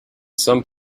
some